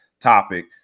topic